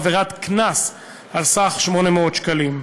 עבירת קנס על סך 800 שקלים.